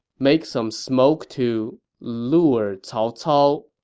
make some smoke to, lure cao cao,